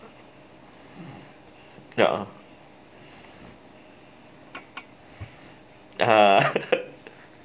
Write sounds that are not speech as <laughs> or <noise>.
ya uh uh <laughs>